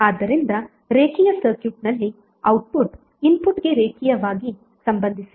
ಆದ್ದರಿಂದ ರೇಖೀಯ ಸರ್ಕ್ಯೂಟ್ನಲ್ಲಿ ಔಟ್ಪುಟ್ ಇನ್ಪುಟ್ಗೆ ರೇಖೀಯವಾಗಿ ಸಂಬಂಧಿಸಿದೆ